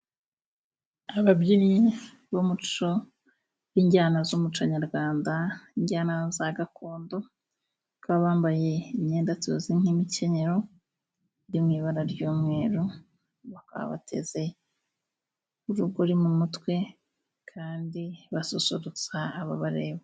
Ababyinnyi b'umuco b'injyana z'umuco nyarwanda, injyana za gakondo, bakaba bambaye imyenda tuzi nk'imikenyero iri mu ibara ry'umweru, bakaba bateze urugori mu mutwe, kandi basusurutsa abareba.